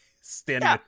standing